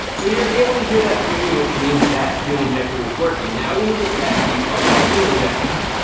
so you're able to hear that clicking, which means that fuel injector was working. now, we need to test the other fuel injectors.